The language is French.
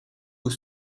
aux